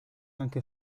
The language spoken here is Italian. anche